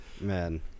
Man